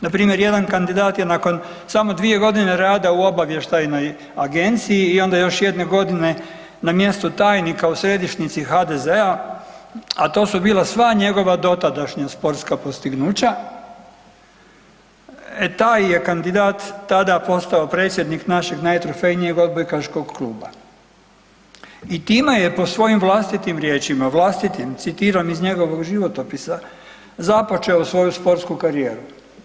Npr. jedan kandidat je nako samo dvije godine rada u Obavještajnoj agenciji i onda još jedne godine na mjestu tajnika u središnjici HDZ-a, a to su bila sva njegova dotadašnja sportska postignuća, e taj je kandidat tada postao predsjednik našeg najtrofejnijeg odbojkaškog kluba i time je po svojim vlastitim riječima, vlastitim, citiram iz njegovog životopisa „započeo svoju sportsku karijeru“